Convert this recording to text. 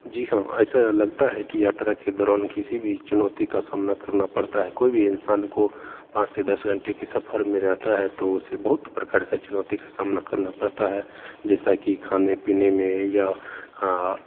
जी हाँ ऐसा लगता है की यात्रा के दौरान किसी भी चुनौती का सामना करना पड़ता है कोई भी इंसान को पाँच से दस घंटे के सफर में जाता है तो उसे बहुत प्रकार के चुनौती का सामना करना पड़ता है जैसा कि खाने पीने में या